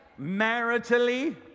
maritally